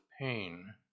pain